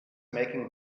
making